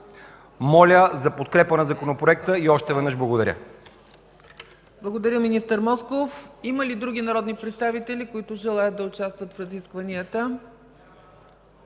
Моля за подкрепа на Законопроекта! И още веднъж – благодаря!